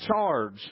charge